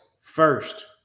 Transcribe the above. First